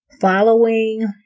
Following